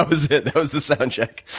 that was it. that was the sound check.